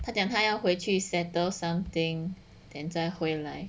他讲他要回去 settle something then 再回来